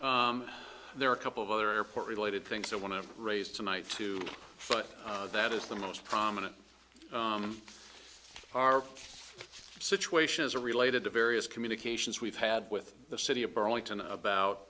so there are a couple of other airport related things i want to raise tonight too but that is the most prominent our situations are related to various communications we've had with the city of burlington about